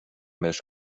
بهش